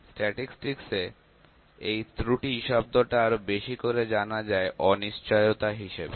statistics এ এই ত্রুটি শব্দটা আরো বেশি করে জানা যায় অনিশ্চয়তা হিসেবে